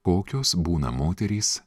kokios būna moterys